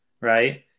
right